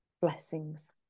blessings